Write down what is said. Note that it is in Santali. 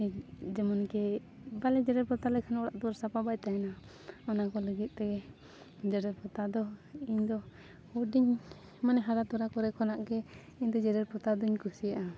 ᱡᱮᱢᱚᱱ ᱠᱤ ᱵᱟᱞᱮ ᱡᱮᱨᱮᱲ ᱯᱚᱛᱟᱣ ᱞᱮᱠᱷᱟᱱ ᱚᱲᱟᱜ ᱫᱩᱣᱟᱹᱨ ᱥᱟᱯᱟᱵᱟᱭ ᱛᱟᱦᱮᱱᱟ ᱚᱱᱟ ᱠᱚ ᱞᱟᱹᱜᱤᱫ ᱛᱮᱜᱮ ᱡᱮᱨᱮᱲ ᱯᱚᱛᱟᱣ ᱫᱚ ᱤᱧ ᱫᱚ ᱦᱩᱰᱤᱧ ᱢᱟᱱᱮ ᱦᱟᱨᱟ ᱛᱚᱨᱟ ᱠᱚᱨᱮ ᱠᱷᱚᱱᱟᱜ ᱜᱮ ᱤᱧ ᱫᱚ ᱡᱮᱨᱮᱲ ᱯᱚᱛᱟᱣ ᱫᱩᱧ ᱠᱩᱥᱤᱭᱟᱜᱼᱟ